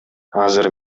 азыр